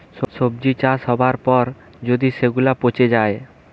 সবজি চাষ হবার পর যদি সেগুলা পচে যায়